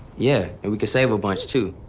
yeah and we can save a bunch too.